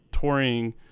touring